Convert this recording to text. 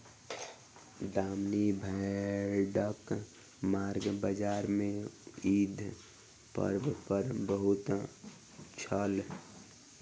दामनी भेड़क मांग बजार में ईद पर्व पर बहुत छल